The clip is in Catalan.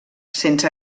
sense